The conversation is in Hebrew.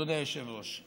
אדוני היושב-ראש.